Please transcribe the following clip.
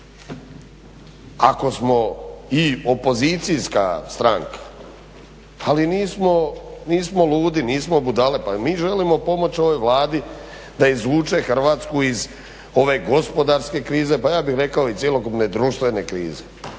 Ako smo i opozicijska stranka ali nismo ludi nismo budale pa i mi želimo pomoći ovoj Vladi da izvuče Hrvatsku iz ove gospodarske krize, pa ja bih rekao i cjelokupne društvene krize.